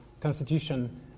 Constitution